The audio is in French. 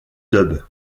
dub